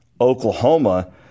Oklahoma